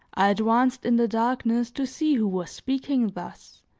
i advanced in the darkness to see who was speaking thus,